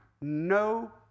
no